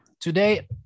Today